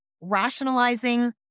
rationalizing